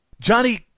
Johnny